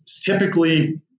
typically